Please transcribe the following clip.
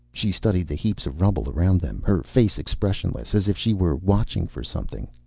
she studied the heaps of rubble around them, her face expressionless. as if she were watching for something.